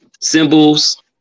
symbols